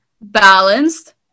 balanced